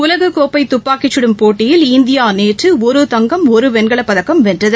உலகக்கோப்பைதப்பாக்கிசுடும் போட்டியில் இந்தியாநேற்றுஒரு தங்கம் ஒருவெண்கலப் பதக்கம் வென்றது